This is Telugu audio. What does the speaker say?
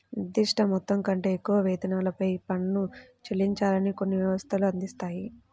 నిర్దిష్ట మొత్తం కంటే ఎక్కువ వేతనాలపై పన్ను చెల్లించాలని కొన్ని వ్యవస్థలు అందిస్తాయి